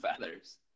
feathers